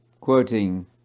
quoting